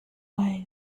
weiß